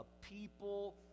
people